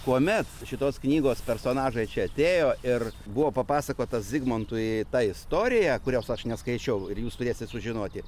kuomet šitos knygos personažai čia atėjo ir buvo papasakota zigmantui ta istorija kurios aš neskaičiau ir jūs turėsit sužinoti